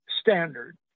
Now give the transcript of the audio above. standard